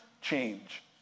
change